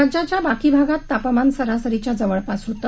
राज्याच्या बाकी भागात तापमान सरासरीच्या जवळपास होते